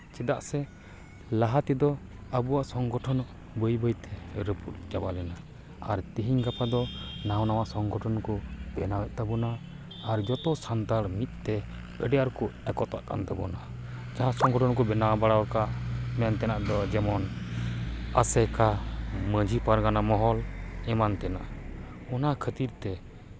ᱪᱮᱫᱟᱜ ᱥᱮ ᱞᱟᱦᱟ ᱛᱮᱫᱚ ᱟᱵᱚᱣᱟᱜ ᱥᱚᱝᱜᱚᱴᱷᱚᱱ ᱵᱟᱹᱭ ᱵᱟᱹᱭᱛᱮ ᱨᱟᱹᱯᱩᱫ ᱪᱟᱵᱟ ᱞᱮᱱᱟ ᱟᱨ ᱛᱮᱦᱮᱧ ᱜᱟᱯᱟ ᱫᱚ ᱱᱟᱣᱟ ᱱᱟᱣᱟ ᱥᱚᱝᱜᱚᱴᱷᱚᱱ ᱠᱚ ᱵᱮᱱᱟᱣᱭᱮᱫ ᱛᱟᱵᱚᱱᱟ ᱟᱨ ᱡᱚᱛᱚ ᱥᱟᱱᱛᱟᱲ ᱢᱤᱫᱛᱮ ᱟᱹᱰᱤ ᱟᱸᱴ ᱠᱚ ᱮᱠᱚᱛᱟᱜ ᱠᱟᱱ ᱛᱟᱵᱚᱱᱟ ᱡᱟᱦᱟᱸ ᱥᱚᱝᱜᱚᱴᱷᱚᱱ ᱠᱚ ᱵᱮᱱᱟᱣ ᱵᱟᱲᱟᱣ ᱠᱟᱜ ᱢᱮᱱᱛᱮᱱᱟᱜ ᱫᱚ ᱡᱮᱢᱚᱱ ᱟᱥᱮᱠᱟ ᱢᱟᱹᱡᱷᱤ ᱯᱟᱨᱜᱟᱱᱟ ᱢᱚᱦᱚᱞ ᱮᱢᱟᱱ ᱛᱮᱱᱟᱜ ᱚᱱᱟ ᱠᱷᱟᱹᱛᱤᱨ ᱛᱮ